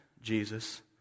Jesus